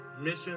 mission